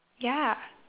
ya